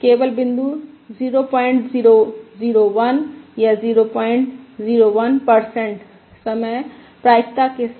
केवल बिंदु 0001 या 001 समय प्रायिकता के साथ